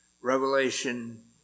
Revelation